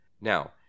Now